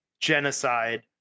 genocide